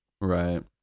right